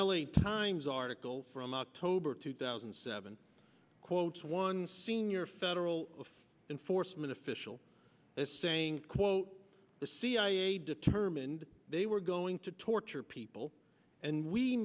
a times article from october two thousand and seven quotes one senior federal enforcement official as saying quote the cia determined they were going to torture people and we